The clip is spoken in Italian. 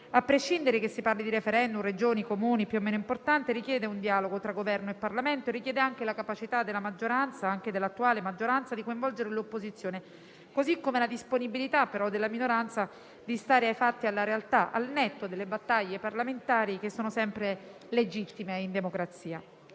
a prescindere che si parli di *referendum*, Regioni, Comuni più o meno importanti, richiede un dialogo tra Governo e Parlamento; e richiede anche la capacità della maggioranza - anche dell'attuale maggioranza - di coinvolgere l'opposizione, così come, d'altra parte, la disponibilità della minoranza di stare ai fatti e alla realtà, al netto delle battaglie parlamentari che sono sempre legittime in democrazia.